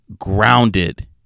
grounded